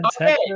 Okay